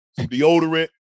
deodorant